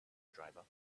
driver